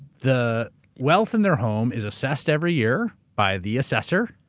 the wealth in their home is assessed every year by the assessor.